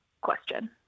question